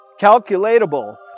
calculatable